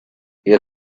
you